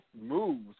moves